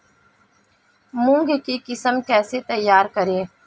मूंग की किस्म कैसे तैयार करें?